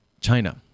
China